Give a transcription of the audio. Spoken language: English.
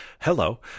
Hello